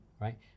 right